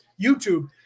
YouTube